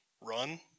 run